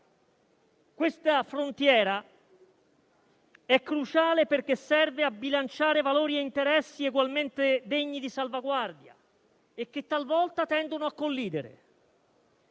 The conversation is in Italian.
Questa frontiera è cruciale perché serve a bilanciare valori ed interessi egualmente degni di salvaguardia e che talvolta tendono a collidere.